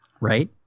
right